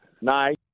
nice